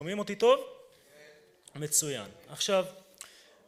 שומעים אותי טוב. מצוין. עכשיו